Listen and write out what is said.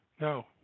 No